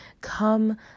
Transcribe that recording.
Come